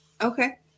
Okay